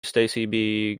stacey